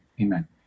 Amen